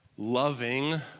Loving